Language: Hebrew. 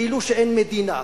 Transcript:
כאילו אין מדינה,